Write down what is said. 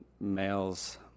males